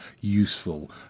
useful